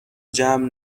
جمع